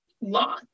law